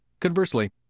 Conversely